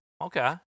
Okay